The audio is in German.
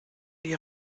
die